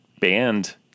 banned